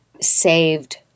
saved